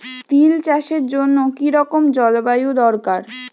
তিল চাষের জন্য কি রকম জলবায়ু দরকার?